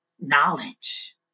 knowledge